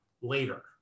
later